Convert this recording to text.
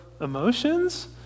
emotions